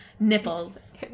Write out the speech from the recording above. nipples